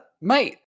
Mate